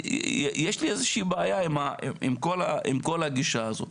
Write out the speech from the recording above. יש לי איזה שהיא בעיה עם כל הגישה הזאת.